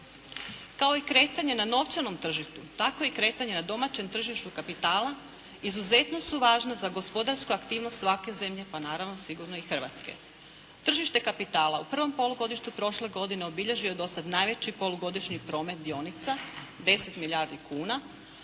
Kao i kretanje na novčanom tržištu tako i kretanje na domaćem tržištu kapitala izuzetno su važna za gospodarsku aktivnost svake zemlje pa naravno sigurno i Hrvatske. Tržište kapitala u prvom polugodištu prošle godine obilježio je do sada najveći polugodišnji promet dionica 10 milijardi kuna